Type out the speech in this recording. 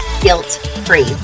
guilt-free